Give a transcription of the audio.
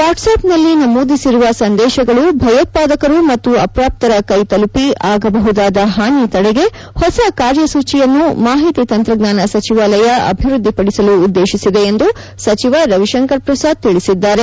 ವಾಟ್ಆಷ್ನಲ್ಲಿ ನಮೂದಿಸಿರುವ ಸಂದೇಶಗಳು ಭಯೋತ್ವಾದಕರು ಮತ್ತು ಅಪಾತ್ರರರ ಕ್ಲೆ ತಲುಪಿ ಆಗಬಹುದಾದ ಹಾನಿ ತಡೆಗೆ ಹೊಸ ಕಾರ್ಯಸೂಚಿಯನ್ನು ಮಾಹಿತಿ ತಂತ್ರಜ್ಞಾನ ಸಚಿವಾಲಯ ಅಭಿವೃದ್ದಿ ಪಡಿಸಲು ಉದ್ದೇಶಿಸಿದೆ ಎಂದು ಸಚಿವ ರವಿಶಂಕರ್ ಪ್ರಸಾದ್ ಹೇಳಿದ್ದಾರೆ